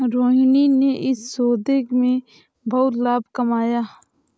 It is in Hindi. रोहिणी ने इस सौदे में बहुत लाभ कमाया